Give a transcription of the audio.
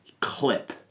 clip